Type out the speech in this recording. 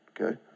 Okay